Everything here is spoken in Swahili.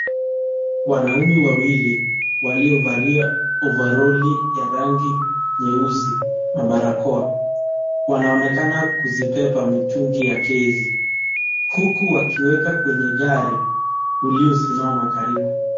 Wanaume wawili waliovalia ovaroli ya rangi nyeusi na barakoa. Wanaonekana kuzibeba mitungi ya gesi huku wakiweka kwenye gari iliyosimama karibu.